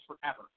forever